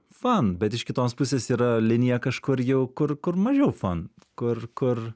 fan bet iš kitos pusės yra linija kažkur jau kur kur mažiau fan kur kur